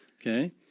Okay